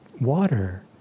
water